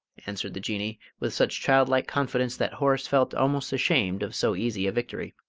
answered the jinnee, with such childlike confidence, that horace felt almost ashamed of so easy a victory.